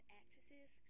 actresses